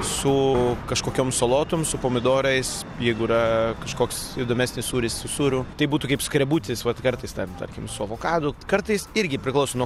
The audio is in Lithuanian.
su kažkokiom salotom su pomidorais jeigu yra kažkoks įdomesnis sūris su sūriu tai būtų kaip skrebutis vat kartais ten tarkim su avokadu kartais irgi priklauso nuo